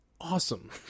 awesome